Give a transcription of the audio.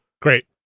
great